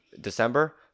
December